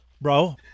bro